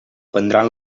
prendran